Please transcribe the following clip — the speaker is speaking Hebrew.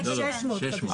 600 חדשים.